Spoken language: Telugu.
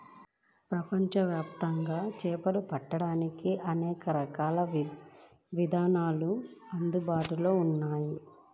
ప్రపంచవ్యాప్తంగా చేపలను పట్టడానికి అనేక రకాలైన విధానాలు అందుబాటులో ఉన్నాయి